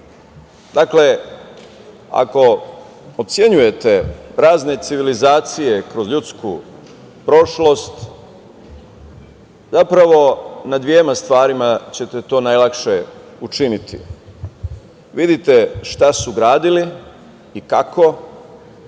ako ocenjujete razne civilizacije kroz ljudsku prošlost zapravo na dvema stvarima ćete to najlakše učiniti, vidite šta su gradili i kako